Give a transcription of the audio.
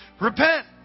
Repent